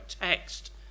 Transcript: text